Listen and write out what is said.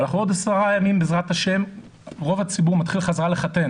עוד עשרה ימים בעזרת השם רוב הציבור מתחיל בחזרה לחתן.